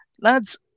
lads